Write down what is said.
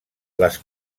les